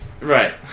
right